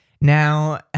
Now